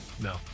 No